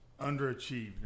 underachieved